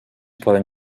poden